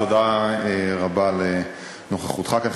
תודה רבה על נוכחותך כאן,